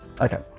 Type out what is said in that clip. Okay